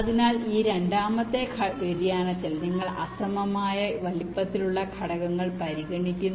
അതിനാൽ ഈ രണ്ടാമത്തെ വ്യതിയാനത്തിൽ നിങ്ങൾ അസമമായ വലിപ്പത്തിലുള്ള ഘടകങ്ങൾ പരിഗണിക്കുന്നു